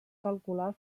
calcular